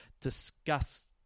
discuss